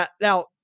Now